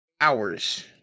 hours